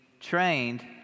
trained